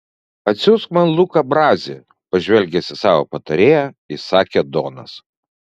atsiųsk man luką brazį pažvelgęs į savo patarėją įsakė donas